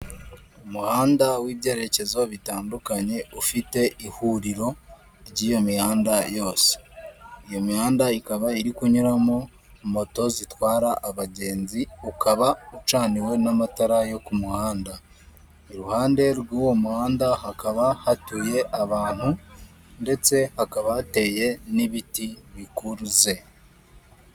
Umuhanda w'ibyerekezo bitandukanye ufite ihuriro ry'iyo mihanda yose, iyo mihanda ikaba iri kunyuramo moto zitwara abagenzi ukaba ucaniwe n'amatara yo ku muhanda iruhande rw'uwo muhanda hakaba hatuye abantu ndetse hakaba hateye n'ibiti bikuruze.